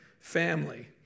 family